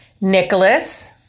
Nicholas